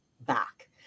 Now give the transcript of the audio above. back